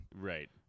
Right